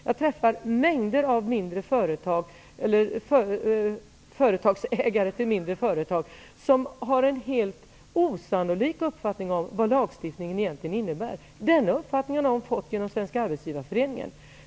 Jag träffar mängder av ägare till mindre företag som har en helt osannolik uppfattning om vad lagstiftningen egentligen innebär. Den uppfattningen har de fått genom Svenska arbetsgivareföreningen.